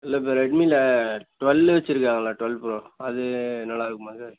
இல்லை இப்போ ரெட்மியில ட்வெல்லு வச்சுருக்காங்கள ட்வெல் ப்ரோ அது நல்லாருக்குமா சார்